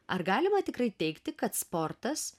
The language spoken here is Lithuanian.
ar galima tikrai teigti kad sportas